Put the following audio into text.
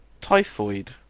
typhoid